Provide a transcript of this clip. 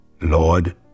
Lord